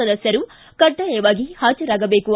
ಸದಸ್ಕರು ಕಡ್ಡಾಯವಾಗಿ ಹಾಜರಾಗಬೇಕು